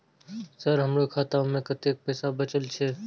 Sir हमरो खाता में कतेक पैसा बचल छे?